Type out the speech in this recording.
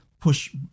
push